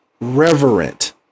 reverent